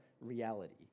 reality